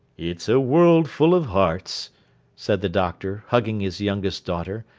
it's a world full of hearts said the doctor, hugging his younger daughter,